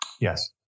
Yes